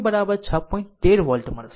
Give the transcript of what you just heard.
13 volt મળશે